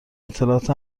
اطلاعات